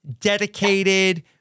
dedicated